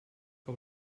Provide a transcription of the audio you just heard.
que